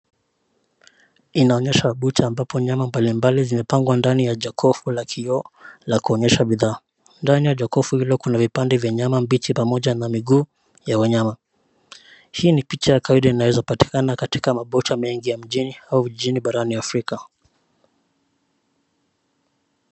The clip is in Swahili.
Inaonyesha bucha ambapo nyama mbalimbali zimepangwa ndani ya jokofu la kioo, la kuonyesha bidhaa, ndani ya jokofu hilo kuna vipande vya nyama mbichi pamoja na miguu, ya wanyama, hii ni picha ya kawaida inaweza patikana katika mabucha mengi ya mjini au jijini barani Afrika.